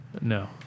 No